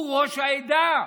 הוא ראש העדה.